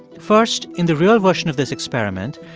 first, in the real version of this experiment,